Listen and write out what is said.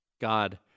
God